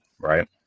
Right